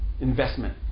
investment